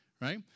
Right